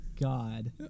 god